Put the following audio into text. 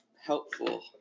helpful